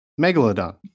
Megalodon